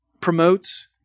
promotes